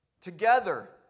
Together